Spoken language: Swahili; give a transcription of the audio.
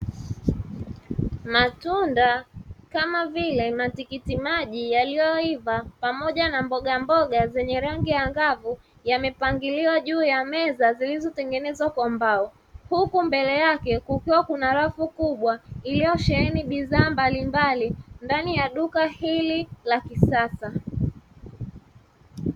Matunda kama vile: matikiti maji yaliyoiva pamoja na mbogamboga zenye rangi angavu; yamepangiliwa juu ya meza zilizotengenezwa kwa mbao, huku mbele yake kukiwa kuna rafu kubwa iliyosheheni bidhaa mbalimbali ndani ya duka hili la kisasa.